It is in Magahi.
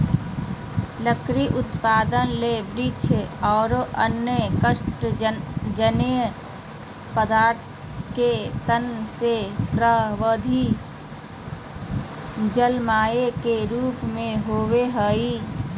लकड़ी उत्पादन ले वृक्ष आरो अन्य काष्टजन्य पादप के तना मे परवर्धी जायलम के रुप मे होवअ हई